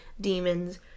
demons